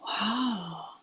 Wow